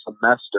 semester